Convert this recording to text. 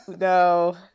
no